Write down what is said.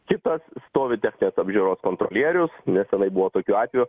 kitas stovi techninės apžiūros kontrolierius nesenai buvo tokių atvejų